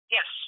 Yes